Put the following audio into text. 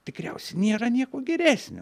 tikriausiai nėra nieko geresnio